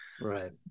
Right